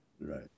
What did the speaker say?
Right